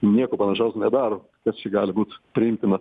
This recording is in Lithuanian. nieko panašaus nedaro kas čia gali būt priimtina